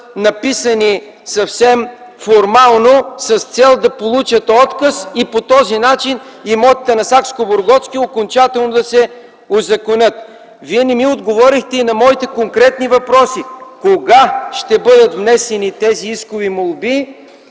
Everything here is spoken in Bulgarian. написани съвсем формално, с цел да получат отказ и по този начин имотите на Сакскобургготски окончателно да се узаконят? Вие не ми отговорихте и на моите конкретни въпроси: кога ще бъдат внесени тези искови молби